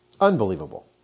Unbelievable